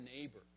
neighbor